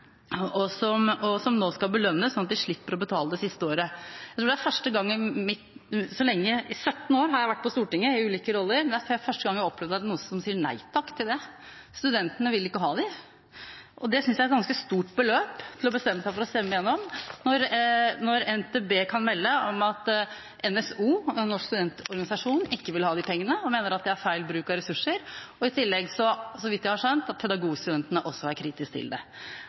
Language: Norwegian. tar mastergrad, og som nå skal belønnes, slik at de slipper å betale det siste året. Jeg har vært 17 år på Stortinget i ulike roller, og jeg tror det er første gang jeg opplever at noen sier nei takk til det. Studentene vil ikke ha dem. Jeg synes det er et ganske stort beløp å bestemme seg for å stemme igjennom når NTB kan melde at NSO, Norsk studentorganisasjon, ikke vil ha pengene og mener det er feil bruk av ressurser. I tillegg er, så vidt jeg har skjønt, pedagogikkstudentene også kritiske til det.